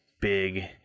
big